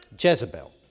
Jezebel